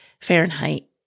Fahrenheit